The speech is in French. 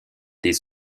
des